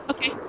Okay